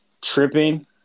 tripping